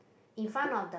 in front of the